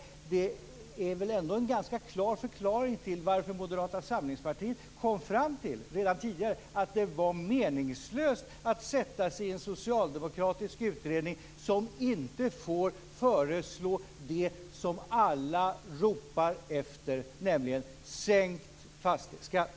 Det är ändå en förklaring till varför Moderata Samlingspartiet kom fram till att det var meningslöst att sätta sig i en socialdemokratisk utredning där man inte får föreslå det alla ropar efter, nämligen sänkt fastighetsskatt.